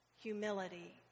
humility